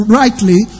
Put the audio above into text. rightly